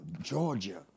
georgia